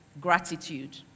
Gratitude